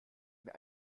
mir